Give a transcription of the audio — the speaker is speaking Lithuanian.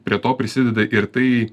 prie to prisideda ir tai